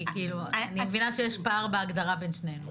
כי אני מבינה שיש פער בהגדרה בין שנינו.